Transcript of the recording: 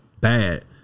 bad